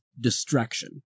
distraction